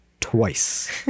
twice